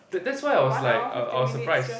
that that's why I was like I I was surprised